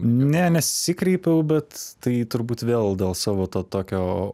ne nesikreipiau bet tai turbūt vėl dėl savo to tokio